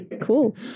Cool